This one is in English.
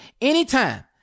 anytime